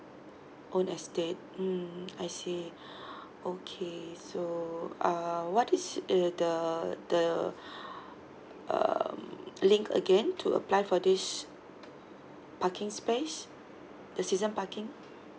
own estate mm I see okay so uh what is err the the um link again to apply for this parking space the season parking